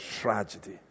tragedy